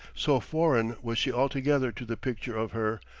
so foreign was she altogether to the picture of her,